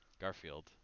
Garfield